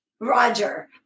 Roger